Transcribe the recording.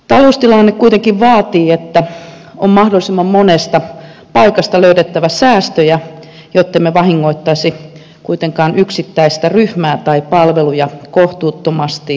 taloustilanne kuitenkin vaatii että on mahdollisimman monesta paikasta löydettävä säästöjä jottemme vahingoittaisi yksittäistä ryhmää tai yksittäisiä palveluja kohtuuttomasti